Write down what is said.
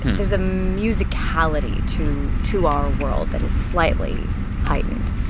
there's a musicality to to our world that is slightly heightened.